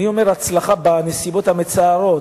אני אומר הצלחה בנסיבות המצערות,